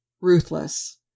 ruthless